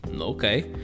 okay